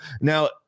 Now